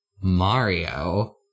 Mario